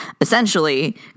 Essentially